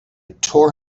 tore